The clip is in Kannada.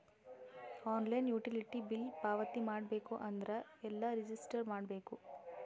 ಆನ್ಲೈನ್ ಯುಟಿಲಿಟಿ ಬಿಲ್ ಪಾವತಿ ಮಾಡಬೇಕು ಅಂದ್ರ ಎಲ್ಲ ರಜಿಸ್ಟರ್ ಮಾಡ್ಬೇಕು?